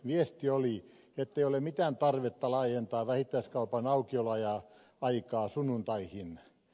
viesti oli ettei ole mitään tarvetta laajentaa vähittäiskaupan aukioloaikaa sunnuntaihin